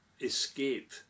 escape